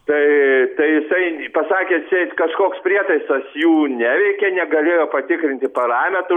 tai tai jisai pasakė atseit kažkoks prietaisas jų neveikė negalėjo patikrinti parametrų